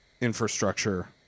infrastructure